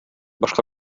башка